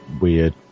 weird